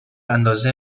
اندازه